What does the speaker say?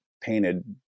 painted